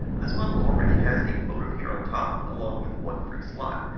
this model already has a modem here on top, along with one free slot.